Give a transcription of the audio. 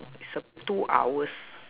it's uh two hours